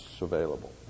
available